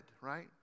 right